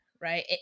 right